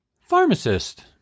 Pharmacist